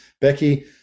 Becky